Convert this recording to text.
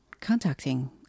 contacting